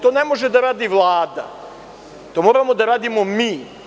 To ne može da radi Vlada, to moramo da radimo mi.